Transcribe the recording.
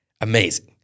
amazing